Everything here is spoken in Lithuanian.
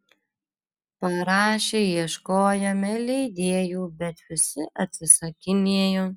parašę ieškojome leidėjų bet visi atsisakinėjo